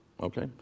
Okay